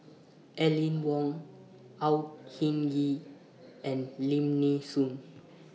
Aline Wong Au Hing Yee and Lim Nee Soon